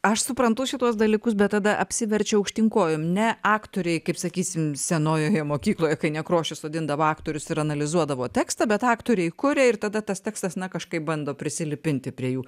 aš suprantu šituos dalykus bet tada apsiverčia aukštyn kojom ne aktoriai kaip sakysim senojoje mokykloje kai nekrošius sodindavo aktorius ir analizuodavo tekstą bet aktoriai kuria ir tada tas tekstas na kažkaip bando prisilipinti prie jų